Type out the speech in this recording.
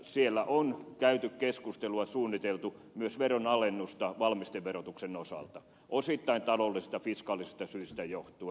siellä on käyty keskustelua suunniteltu myös veronalennusta valmisteverotuksen osalta osittain taloudellisista fiskaalisista syistä johtuen